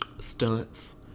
Stunts